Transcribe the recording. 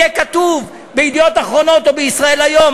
יהיה כתוב ב"ידיעות אחרונות" או ב"ישראל היום",